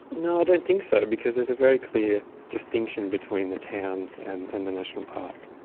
no, i don't think so because there's a very clear distinction between the towns and and the national park.